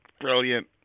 Brilliant